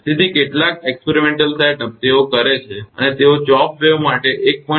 તેથી કેટલાક પ્રાયોગિક સેટઅપ તેઓ કરે છે અને તેઓ chopped wave માટે 1